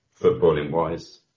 footballing-wise